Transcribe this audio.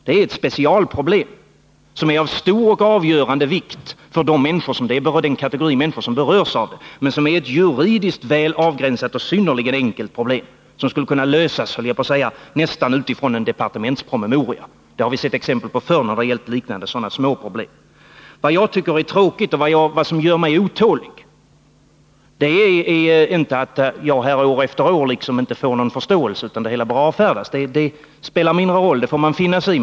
Det är ett specialproblem, som är av stor och avgörande vikt för den kategori människor som berörs av det men som är juridiskt väl avgränsat och synnerligen enkelt. Det skulle nästan kunna lösas utifrån en departementspromemoria. Det har vi sett exempel på förr, när det gällt liknande små problem. Vad jag tycker är tråkigt och vad som gör mig otålig är inte det förhållandet att jag år efter år inte får någon förståelse utan möts av uppfattningen att det hela bör avfärdas. Det spelar mindre roll. Det får man finna sig i.